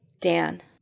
dan